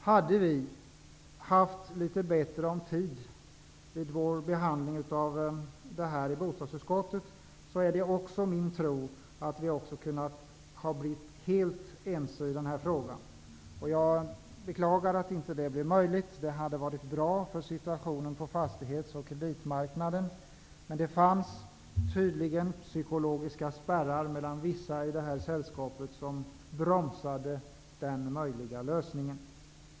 Om vi hade haft litet bättre om tid vid vår behandling av denna fråga i bostadsutskottet tror jag att vi hade kunnat bli helt ense. Jag beklagar att det inte blev möjligt. Det hade varit bra för situationen på fastighets och kreditmarknaden. Men det fanns tydligen psykologiska spärrar mellan vissa i det här sällskapet, som bromsade den möjliga lösningen.